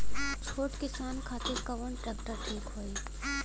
छोट किसान खातिर कवन ट्रेक्टर ठीक होई?